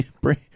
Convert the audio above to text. Bring